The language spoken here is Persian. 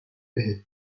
بهت